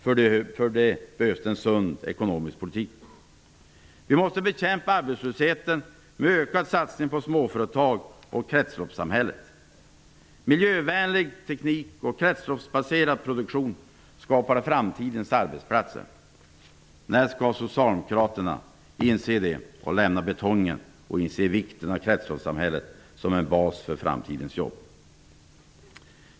För detta krävs det en sund ekonomisk politik. Vi måste bekämpa arbetslösheten med en ökad satsning på småföretag och på kretsloppssamhället. Miljövänlig teknik och kretsloppsbaserad produktion skapar framtidens arbetsplatser. När skall Socialdemokraterna inse det och lämna betongen? När skall de inse vikten av kretsloppssamhället som en bas för framtidens jobb?